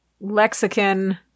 lexicon